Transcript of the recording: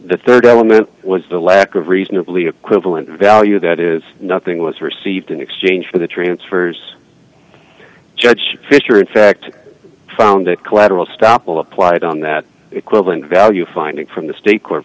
the rd element was the lack of reasonably equivalent value that is nothing was received in exchange for the transfers judge fisher in fact found that collateral stoppel applied on that equivalent value finding from the state court